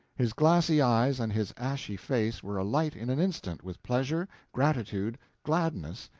his glassy eyes and his ashy face were alight in an instant with pleasure, gratitude, gladness,